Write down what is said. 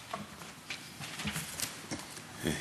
אדוני